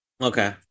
Okay